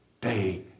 day